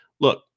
Look